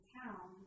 town